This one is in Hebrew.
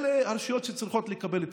אלה הרשויות שצריכות לקבל תמיכה.